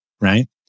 right